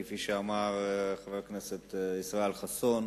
כפי שאמר חבר הכנסת ישראל חסון.